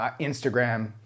Instagram